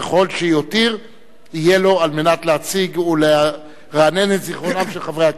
וכל שיותיר יהיה לו על מנת להציג ולרענן את זיכרונם של חברי הכנסת.